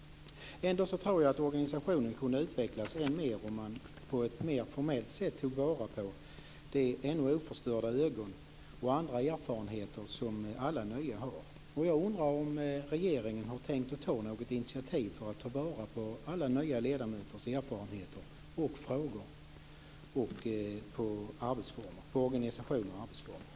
Ändå tror jag att organisationen kunde utvecklas än mer om man på ett mer formellt sätt tog vara på de ännu oförstörda ögon och andra erfarenheter som alla nya har. Jag undrar om regeringen har tänkt att ta något initiativ för att ta vara på de nya ledamöternas erfarenheter när det gäller organisation och arbetsformer.